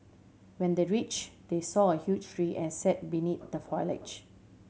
when they reached they saw a huge tree and sat beneath the foliage